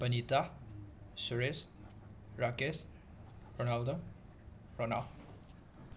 Banita Suresh Rakesh Ronaldo Ronal